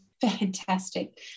fantastic